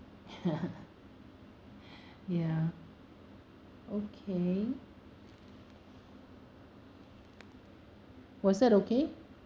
ya okay was that okay